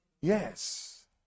Yes